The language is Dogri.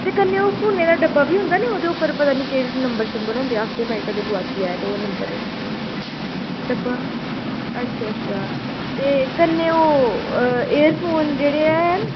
ते कन्नै ओह् फोनै दा डब्बा बी होंदा निं ओह्दे उप्पर पता निं केह् नंबर शंबर होंदे आखदे भाई कदें गोआची जा ते ओह् नंबर डब्बा अच्छा अच्छा ते कन्नै ओह् एयरफोन जेह्ड़े हैन